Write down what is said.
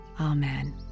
amen